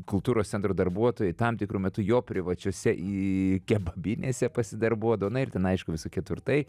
kultūros centro darbuotojai tam tikru metu jo privačiose į kebabinėse pasidarbuodavo na ir ten aišku visokie turtai